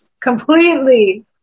completely